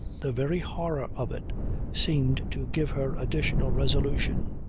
the very horror of it seemed to give her additional resolution.